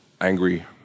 angry